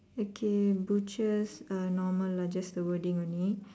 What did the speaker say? okay butchers uh normal lah just the wording only